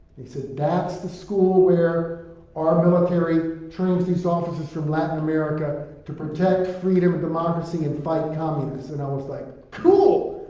they said, that's the school where our military trains these officers from latin america protect freedom and democracy and fight communists. and i was like, cool!